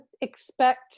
expect